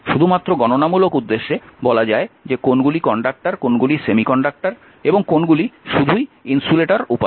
শুধুমাত্র গণনামূলক উদ্দেশ্যে বলা যায় যে কোনগুলি কন্ডাক্টর কোনগুলি সেমিকন্ডাক্টর এবং কোনগুলি শুধুই ইনসুলেটর উপাদান